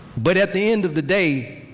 but at the end of the day,